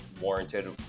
warranted